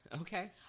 Okay